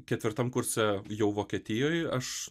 ketvirtam kurse jau vokietijoj aš